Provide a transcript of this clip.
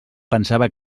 pensava